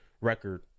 record